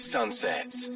Sunsets